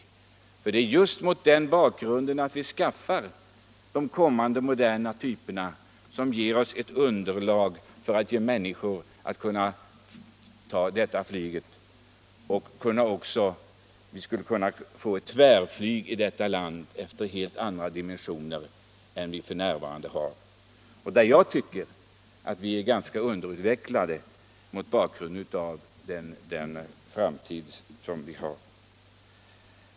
Just detta att vi skaffar de kommande moderna flygplanstyperna, herr Magnusson i Kristinehamn, ger oss ett underlag för ett folkflyg och ger oss möjlighet att inrätta tvärflygförbindelser i detta land av helt andra dimensioner än som för närvarande är fallet. Vi är i detta avseende ganska underutvecklade.